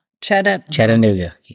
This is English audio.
Chattanooga